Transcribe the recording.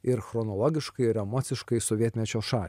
ir chronologiškai ir emociškai sovietmečio šalį